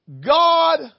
God